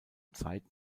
zeit